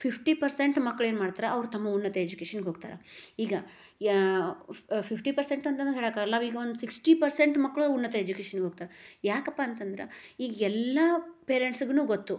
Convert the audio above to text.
fifty percent ಮಕ್ಳೇನು ಮಾಡ್ತಾರೆ ಅವ್ರು ತಮ್ಮ ಉನ್ನತ ಎಜುಕೇಷನ್ನಿಗೆ ಹೋಗ್ತಾರೆ ಈಗ ಫಿಫ್ಟಿ ಪೆರ್ಸೆಂಟ್ ಅಂತಲೂ ಹೇಳೋಕ್ಕಾಗಲ್ಲ ನಾವೀಗ ಒಂದು ಸಿಕ್ಸ್ಟಿ ಪೆರ್ಸೆಂಟ್ ಮಕ್ಕಳು ಉನ್ನತ ಎಜುಕೇಶನ್ನಿಗೆ ಹೋಗ್ತಾರೆ ಯಾಕಪ್ಪ ಅಂತಂದ್ರೆ ಈಗ ಎಲ್ಲ ಪೇರೆಂಟ್ಸ್ಗೂ ಗೊತ್ತು